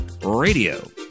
Radio